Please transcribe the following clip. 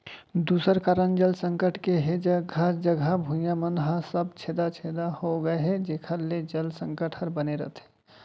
दूसर कारन जल संकट के हे जघा जघा भुइयां मन ह सब छेदा छेदा हो गए हे जेकर ले जल संकट हर बने रथे